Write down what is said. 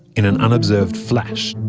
in an unobserved flash,